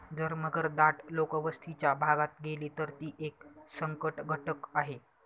जर मगर दाट लोकवस्तीच्या भागात गेली, तर ती एक संकटघटक आहे